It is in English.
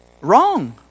wrong